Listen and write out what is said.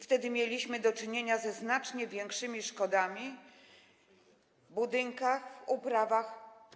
Wtedy mieliśmy do czynienia ze znacznie większymi szkodami w budynkach, w uprawach.